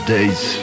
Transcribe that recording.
days